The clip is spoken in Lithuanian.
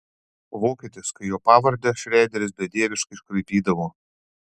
vokietis kai jo pavardę šreideris bedieviškai iškraipydavo